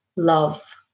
Love